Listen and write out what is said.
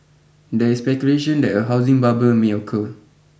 there is speculation that a housing bubble may occur